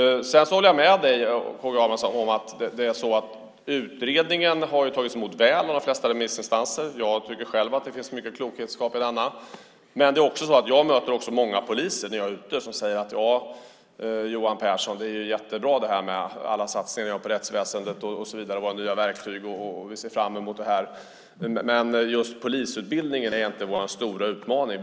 Jag håller med om att utredningen har tagits emot väl av de flesta remissinstanserna. Jag tycker själv att det finns mycket klokt i den. Jag möter också många poliser som säger att det nog är jättebra med alla satsningar på rättsväsendet och nya verktyg och att de ser fram emot detta. Just polisutbildningen är inte den stora utmaningen.